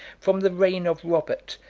from the reign of robert,